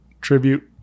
tribute